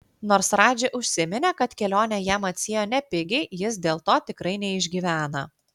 nors radži užsiminė kad kelionė jam atsiėjo nepigiai jis dėl to tikrai neišgyvena